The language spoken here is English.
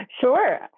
Sure